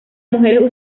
mujeres